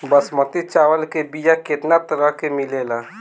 बासमती चावल के बीया केतना तरह के मिलेला?